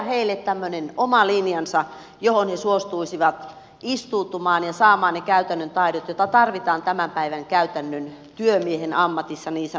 heille pitäisi luoda oma linjansa jossa he suostuisivat istuutumaan ja saamaan ne käytännön taidot joita tarvitaan tämän päivän käytännön työmiehen ammatissa niin sanotusti